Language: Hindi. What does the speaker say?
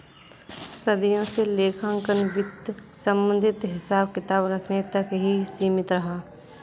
सदियों से लेखांकन वित्त संबंधित हिसाब किताब रखने तक ही सीमित रहा